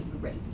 great